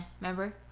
Remember